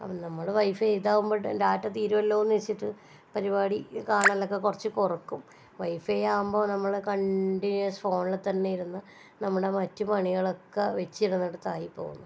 അപ്പോൾ നമ്മൾ വൈഫൈ ഇതാകുമ്പോൾ ഡാറ്റ തീരുമല്ലോ എന്ന് വെച്ചിട്ട് പരിപാടി കാണലൊക്കെ കുറച്ച് കുറയ്ക്കും വൈഫൈയാകുമ്പോൾ നമ്മൾ കണ്ടിന്യൂസ് ഫോണിൽ തന്നെ ഇരുന്ന് നമ്മുടെ മറ്റു പണികളൊക്കെ ഒഴിച്ചിടുന്നടത്തായി പോകും